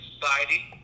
Society